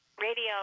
radio